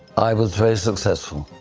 i was very successful.